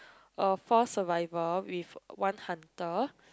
uh four survivor with one hunter